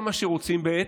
ואולי כל מה שרוצים בעצם